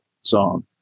song